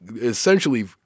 essentially